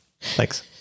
Thanks